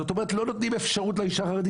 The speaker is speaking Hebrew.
זאת אומרת לא נותנים אפשרות לאישה החרדית.